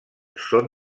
són